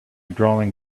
drawing